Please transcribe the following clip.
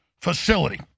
facility